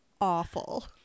awful